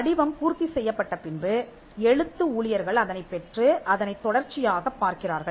படிவம் பூர்த்தி செய்யப்பட்ட பின்பு எழுத்து ஊழியர்கள் அதனைப் பெற்று அதனைத் தொடர்ச்சியாகப் பார்க்கிறார்கள்